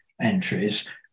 entries